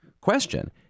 question